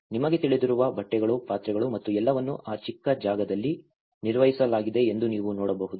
ನಿಮಗೆ ತಿಳಿದಿರುವ ಬಟ್ಟೆಗಳು ಪಾತ್ರೆಗಳು ಮತ್ತು ಎಲ್ಲವನ್ನೂ ಆ ಚಿಕ್ಕ ಜಾಗದಲ್ಲಿ ನಿರ್ವಹಿಸಲಾಗಿದೆ ಎಂದು ನೀವು ನೋಡಬಹುದು